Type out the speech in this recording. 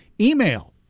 Email